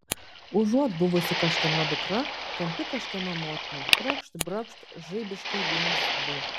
užuot buvusi kažkieno dukra tampi kažkieno motina trakšt brakšt žaibiškai viens du